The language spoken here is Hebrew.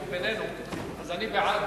אז אני בעד